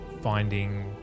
finding